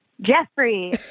Jeffrey